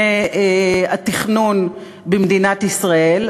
במבנה התכנון במדינת ישראל.